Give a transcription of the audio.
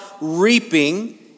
reaping